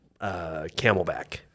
Camelback